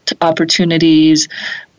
opportunities